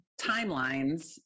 timelines